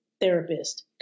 therapist